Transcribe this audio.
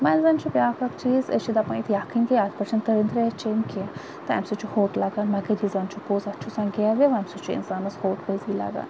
وۄنۍ زَن چھُ بیاکھ اکھ چیٖز أسۍ چھِ دَپان یُتھٕے یَکھٕنۍ کھے اتھ پٮ۪ٹھ چھَ نہٕ تٕرٕنۍ تریش چیٚن کینٛہہ تہٕ امہِ سۭتۍ چھُ ہوٚٹ لَگان مگر ییژاہ ہن چھُ پوٚز اتھ چھُ آسان گیٚو ویٚو امہِ سۭتۍ چھُ اِنسانَس ہوٚٹ پٔزی لَگان